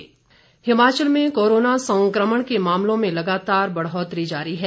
corona Himachal में corona संक्रमण के मामलों में लगातार बढ़ोतरी जारी है